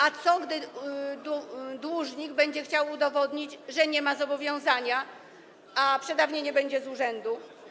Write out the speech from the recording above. A co, gdy dłużnik będzie chciał udowodnić, że nie ma zobowiązania, a przedawnienie będzie z urzędu?